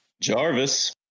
Jarvis